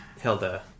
Hilda